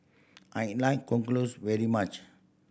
I like close very much